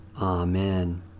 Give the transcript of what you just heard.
Amen